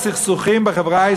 חבר הכנסת